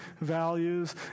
values